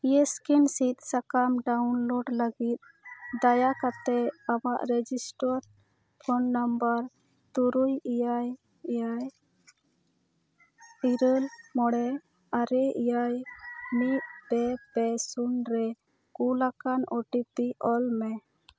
ᱤᱭᱮᱥᱠᱤᱱ ᱥᱤᱫᱽ ᱥᱟᱠᱟᱢ ᱰᱟᱣᱩᱱᱞᱳᱰ ᱞᱟᱹᱜᱤᱫ ᱫᱟᱭᱟ ᱠᱟᱛᱮᱫ ᱟᱢᱟᱜ ᱨᱮᱡᱤᱥᱴᱟᱨ ᱯᱷᱳᱱ ᱱᱟᱢᱵᱟᱨ ᱛᱩᱨᱩᱭ ᱮᱭᱟᱭ ᱮᱭᱟᱭ ᱤᱨᱟᱹᱞ ᱢᱚᱬᱮ ᱟᱨᱮ ᱮᱭᱟᱭ ᱢᱤᱫ ᱯᱮ ᱯᱮ ᱥᱩᱱ ᱨᱮ ᱠᱩᱞ ᱟᱠᱟᱱ ᱳ ᱴᱤ ᱯᱤ ᱚᱞ ᱢᱮ